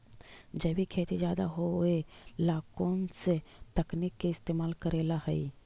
जैविक खेती ज्यादा होये ला कौन से तकनीक के इस्तेमाल करेला हई?